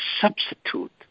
substitute